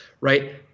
right